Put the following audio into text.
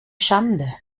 schande